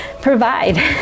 provide